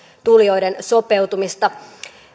tulijoiden sopeutumista